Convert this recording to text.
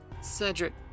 Cedric